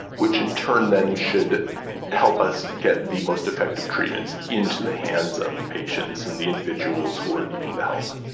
which in turn then should help us get the most effective treatments into the hands of the patients and the individuals who are needing the help.